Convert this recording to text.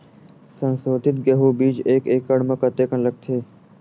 संसोधित गेहूं बीज एक एकड़ म कतेकन लगथे?